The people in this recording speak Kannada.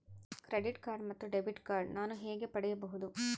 ಕ್ರೆಡಿಟ್ ಕಾರ್ಡ್ ಮತ್ತು ಡೆಬಿಟ್ ಕಾರ್ಡ್ ನಾನು ಹೇಗೆ ಪಡೆಯಬಹುದು?